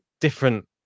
different